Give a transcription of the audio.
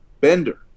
Bender